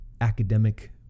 academic